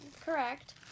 correct